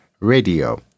radio